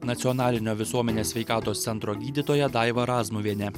nacionalinio visuomenės sveikatos centro gydytoja daiva razmuvienė